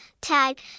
Tag